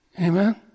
Amen